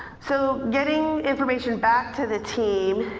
so getting information back to the team,